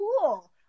cool